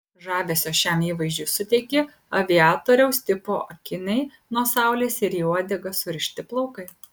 žavesio šiam įvaizdžiui suteikė aviatoriaus tipo akiniai nuo saulės ir į uodegą surišti plaukai